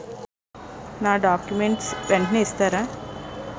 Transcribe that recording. నా డాక్యుమెంట్స్ వెంటనే ఇస్తారా?